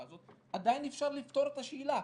הזאת ועדיין אפשר לפתור את השאלה.